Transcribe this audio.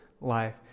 life